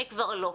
אני כבר לא.